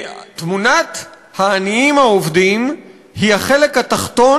תמונת העניים העובדים היא החלק התחתון